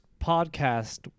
podcast